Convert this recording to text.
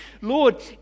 Lord